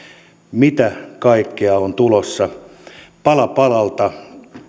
mitä kaikkea on tulossa pala palalta